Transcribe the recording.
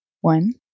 one